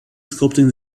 sculpting